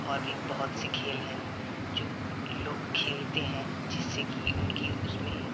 और भी बहुत से खेल हैं जो लोग खेलते हैं जिससे कि उनकी उसमें